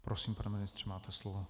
Prosím, pane ministře, máte slovo.